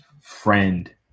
friend